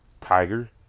Tiger